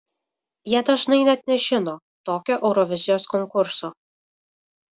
jie dažnai net nežino tokio eurovizijos konkurso